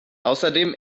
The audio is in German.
außerdem